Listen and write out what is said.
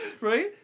Right